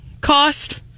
cost